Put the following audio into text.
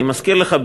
אני מזכיר לך,